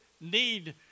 need